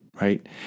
right